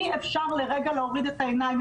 אי אפשר לרגע להוריד את העיניים.